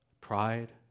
Pride